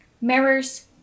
Mirrors